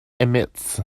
emits